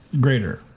greater